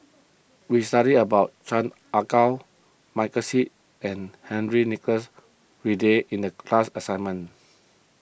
we studied about Chan Ah Kow Michael Seet and Henry Nicholas Ridley in the class assignment